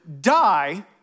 die